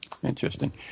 Interesting